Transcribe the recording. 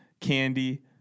candy